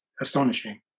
astonishing